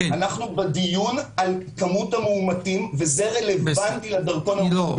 אנחנו בדיון על מספר המאומתים וזה רלוונטי לדרכון הירוק.